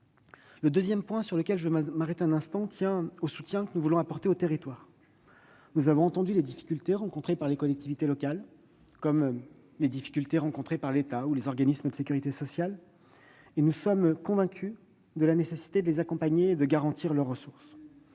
Le deuxième point sur lequel je souhaite m'arrêter concerne le soutien que nous voulons apporter aux territoires. Nous avons entendu les difficultés rencontrées par les collectivités locales, comme celles que connaissent l'État ou les organismes de sécurité sociale. Nous sommes convaincus de la nécessité de les accompagner et de garantir leurs ressources.